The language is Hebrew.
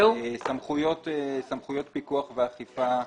סמכויות פיקוח ואכיפה מסוימות,